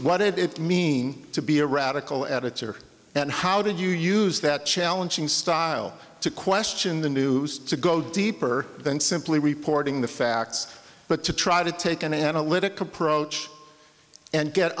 what it means to be a radical editor and how did you use that challenging style to question the news to go deeper than simply reporting the facts but to try to take an analytic approach and get